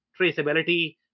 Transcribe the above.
traceability